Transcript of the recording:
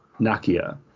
Nakia